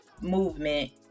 movement